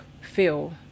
feel